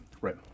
Right